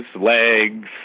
legs